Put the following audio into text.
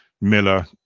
miller